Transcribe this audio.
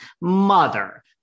mother